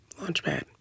Launchpad